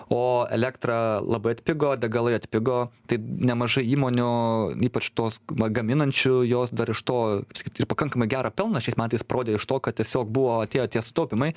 o elektra labai atpigo degalai atpigo tai nemažai įmonių ypač tos na gaminančių jos dar iš to kaip sakyt ir pakankamai gerą pelną šiais metais parodė iš to kad tiesiog buvo atėjo tie sutaupymai